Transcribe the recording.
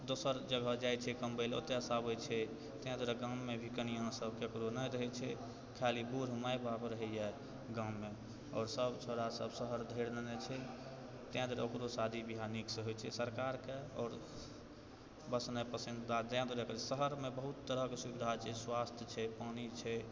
दोसर जगह जाइ छै कमबैले ओतयसँ अबै छै तैं दुआरे गाँवमे भी कनिआँ सब ककरो नहि रहै छै खालि बूढ़ माय बाप रहैय गाँवमे आओर सब छोरा सब शहर धरि लेने छै तैं दुआरे ओकरो शादी ब्याह सब नीकसँ होइ छै सरकारके बसनाइ पसन्द जाहि लअ कऽ शहरमे बहुत तरहके सुविधा छै स्वास्थ्य छै पानि छै